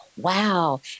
wow